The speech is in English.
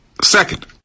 Second